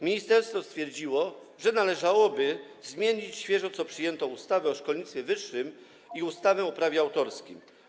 Ministerstwo stwierdziło, że należałoby zmienić świeżo przyjętą ustawę o szkolnictwie wyższym i ustawę o prawie autorskim.